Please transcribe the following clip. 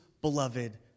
beloved